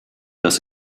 dass